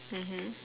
mmhmm